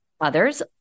Others